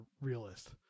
realist